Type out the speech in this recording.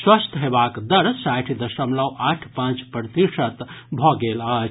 स्वस्थ हेबाक दर साठि दशमलव आठ पांच प्रतिशत भऽ गेल अछि